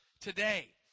today